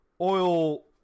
oil